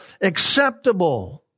acceptable